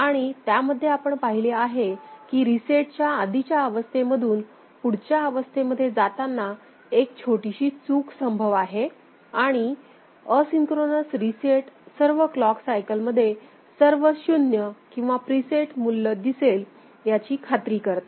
आणि त्यामध्ये आपण पाहिले आहे की रीसेटच्या आधीच्या अवस्थे मधून पुढच्या अवस्थेमध्ये जाताना एक छोटीशी चूक संभव आहे आणि असिन्क्रोनोस रीसेट सर्व क्लॉक सायकल मध्ये सर्व शून्य किंवा प्रीसेट मूल्य दिसेल याची खात्री करते